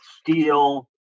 steel